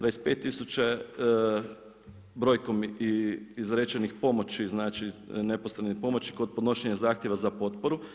25000 je brojkom izrečenih pomoći, znači neposredne pomoći kod podnošenja zahtjeva za potporu.